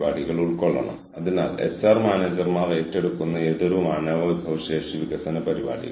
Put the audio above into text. നമ്മൾ എവിടെയാണ് എവിടേക്ക് പോകണം ഇപ്പോൾ എന്താണ് ചെയ്യേണ്ടത് അടുത്തതായി എന്താണ് ചെയ്യേണ്ടത് തുടങ്ങിയവയോടൊത്ത് നമ്മൾ നിരന്തരം പോരാടുകയാണ്